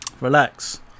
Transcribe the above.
relax